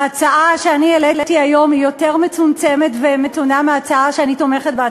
ההצעה שאני העליתי היום היא יותר מצומצמת ומתונה מההצעה שאני תומכת בה,